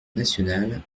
nationale